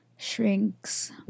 Shrinks